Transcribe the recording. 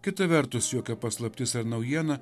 kita vertus jokia paslaptis ar naujiena